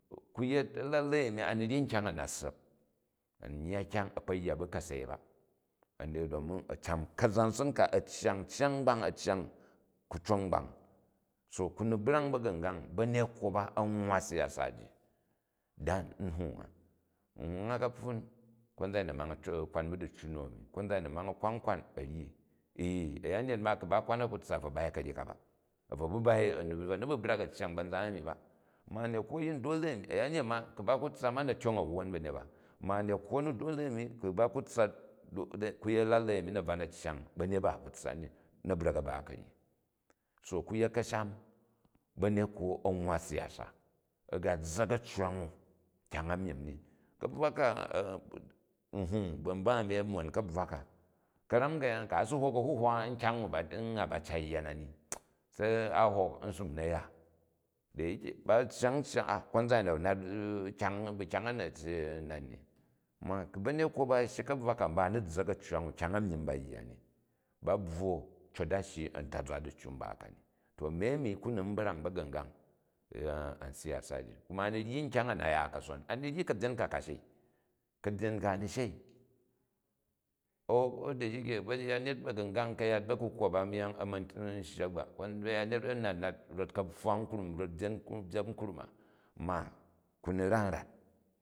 Ku yet a̱lalen anri au ryi nkyang, a na ssa̱p a̱n yya kgang a̱ kpo yya bu kasei ba, domi a̱ can kalan son ka, a̱ cyang cyang gkang ansham, ku cong gbang so ku ni biang ba̱gu̱n gay ba̱nekwo ba, a̱ nwwa siyasa ji tha nhung a. Nhung a ka̱pfun konlan a̱yi a ma kwan kwan a̱ ryi ee. A̱yanyet ma ku ba kwan a ku tssa, a̱bvo bai ka̱nji ka ka, abvo ba bai, a̱ bvo ni babrak a̱ cyang ba̱i zai a̱mi ba. Ma̱ a̱mekwo ayin dole a̱yanyet ma ku̱ ba ku tssa ma na̱ tyong a̱wwon ba̱nyet ba, ma a̱nekwo dole a̱nni ku ba ka tssa, ku yet a̱lalei na̱ bvan a̱ ajang ba̱njet ba a̱ ku tssa ni, na̱ bra̱k a̱ bo kanyi so ku yet ka̱shani bamekwo, a̱ nwwa si yasa, a̱ga zza̱k a̱ccway ai, kyang a myini ni. Ka̱bvwa ka nhang ba̱ mba a̱nni a̱ mon kabvwa ka. Ka̱ra̱m ka̱yaan, ku̱ a si hok a̱lulwa nkya̱ng n, a ba cat yya na ni se a hok nsum u na̱ ya, da yike ba̱ ayang konzan a̱yin a̱nat bu kyang a na̱ nnat ni. Ma̱ ku̱ banekmo ba a̱ shyi ka̱bvwa ka, mba a̱ ni zza̱k a̱ccwang u, kyang a myim ba yya ni, ba bvwo cot a shiyi a̱ntazwa diccu mba ka ni. To a̱mi a̱mi ku ni n brang bagnugay a siyasa ji kuma a ni ryi ukyang a na ya kason, ani vyi kabyen ka ka shei, ka̱byen ka a ni dhei a̱u koda shike ba̱nyenyet ba̱ga̱ngang ka̱yat ba̱ku kwo ba myang a̱ ma̱ shyak ba rot baya nyet a̱ nat nat rot ka̱pfwa krum rot byep krun a ma ku ni ran u ran.